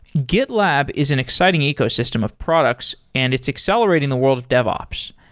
gitlab is an exciting ecosystem of products and it's accelerating the world of dev ops.